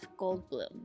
Goldblum